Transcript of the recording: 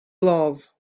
love